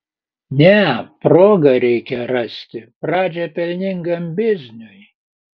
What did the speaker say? ne progą reikia rasti pradžią pelningam bizniui